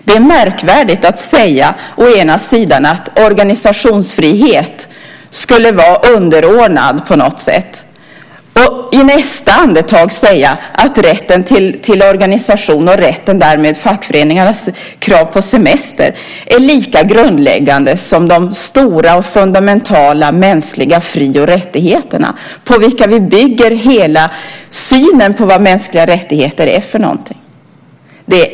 Det är märkligt att först säga att organisationsfriheten på något sätt skulle vara underordnad och i nästa andetag säga att rätten till organisation, och därmed rätten till fackföreningarnas krav på semester, är lika grundläggande som de stora fundamentala mänskliga fri och rättigheterna på vilka vi bygger hela synen på vad mänskliga rättigheter är.